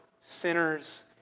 sinners